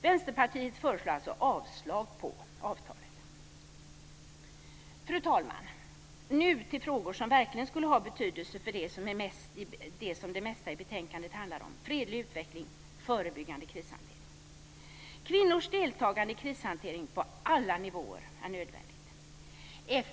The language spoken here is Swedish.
Vänsterpartiet föreslår alltså avslag på avtalet. Fru talman! Nu går jag över till frågor som verkligen skulle ha betydelse för det som det mesta i betänkandet handlar om: fredlig utveckling och förebyggande krishantering. Kvinnors deltagande i krishantering på alla nivåer är nödvändigt.